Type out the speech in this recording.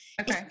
okay